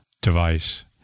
device